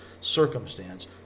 circumstance